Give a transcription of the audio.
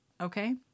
okay